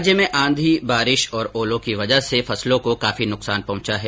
राज्य में आंधी बारिश और ओलों की वजह से फसलों को काफी नुकसान पहंचा है